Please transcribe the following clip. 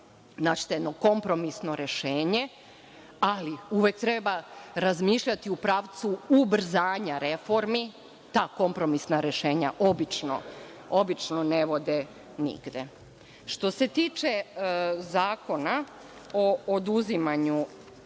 kompromisno rešenje. Ali, uvek treba razmišljati u pravcu ubrzanja reformi. Ta kompromisna rešenja obično ne vode nigde. Što se tiče Zakona o oduzimanju